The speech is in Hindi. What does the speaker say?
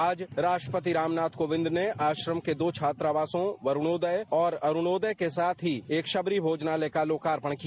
आज राष्ट्रपति रामनाथ कोविंद ने आश्रम के दो छात्रावासों वरूणोदय और अरूणोदय के साथ ही एक शबरी भोजनालय का लोकार्पण किया